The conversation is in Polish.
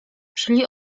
szli